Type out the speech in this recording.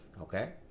Okay